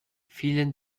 vielen